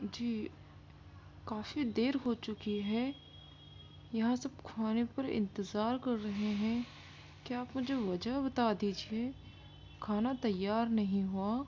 جی کافی دیر ہو چکی ہے یہاں سب کھانے پر انتظار کر رہے ہیں کیا آپ مجھے وجہ بتا دیجیے کھانا تیار نہیں ہوا